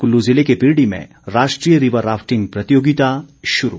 कुल्लू जिले के पिरड़ी में राष्ट्रीय रिवर राफि्टंग प्रतियोगिता शुरू